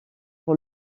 pour